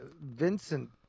Vincent